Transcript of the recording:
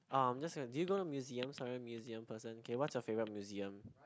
um just gonna do you go to museum sorry museum person okay what's your favourite museum